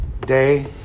Day